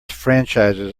franchises